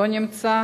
לא נמצא.